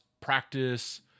practice